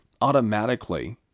automatically